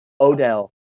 Odell